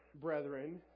brethren